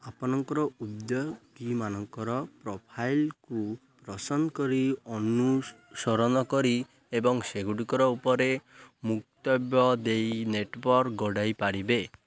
ଆପଣ ଉଦ୍ୟୋଗୀମାନଙ୍କ ପ୍ରୋଫାଇଲ୍କୁ ପସନ୍ଦ କରି ଅନୁସରଣ କରି ଏବଂ ସେଗୁଡ଼ିକ ଉପରେ ମନ୍ତବ୍ୟ ଦେଇ ନେଟୱାର୍କ ଗଢ଼ିପାରିବେ